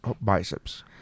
biceps